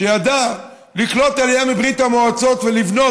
שידעה לקלוט עלייה מברית המועצות ולבנות